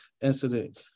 incident